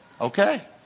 okay